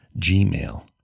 Gmail